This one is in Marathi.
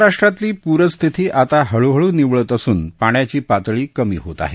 महाराष्ट्रातली पूरस्थिती आता हळूहळू निवळत असून पाण्याची पातळी कमी होत आहे